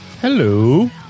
Hello